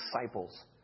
disciples